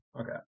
Okay